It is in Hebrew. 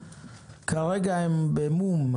אבל כרגע הם במו"מ,